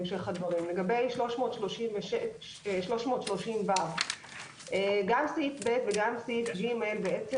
לגבי 330ו גם סעיף (ב) וגם סעיף (ג) למעשה